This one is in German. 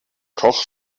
koch